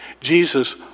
Jesus